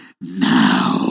now